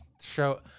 show